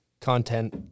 content